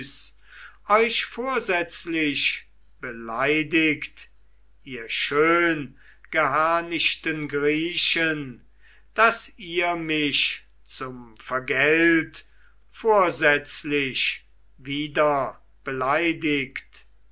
euch vorsätzlich beleidigt ihr schöngeharnischten griechen daß ihr mich zum vergelt vorsätzlich wieder beleidigt